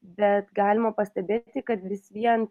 bet galima pastebėti kad vis vien